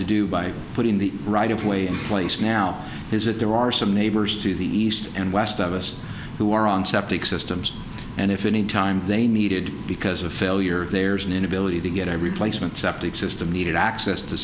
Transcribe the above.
to do by putting the right of way in place now is that there are some neighbors to the east and west of us who are on septic systems and if any time they needed because of failure there's an inability to get every placement septic system needed access to